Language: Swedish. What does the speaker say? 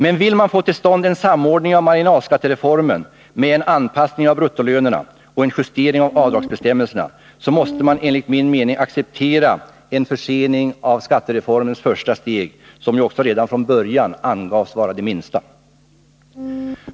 Men vill man få till stånd en samordning av marginalskattereformen med en anpassning av bruttolönerna och en justering av avdragsbestämmelserna, måste man enligt min mening acceptera en försening av skattereformens första steg, som redan från början angavs vara det minsta.